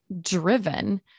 driven